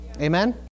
Amen